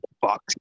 fuck